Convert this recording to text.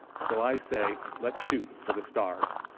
so i say let's shoot for the stars.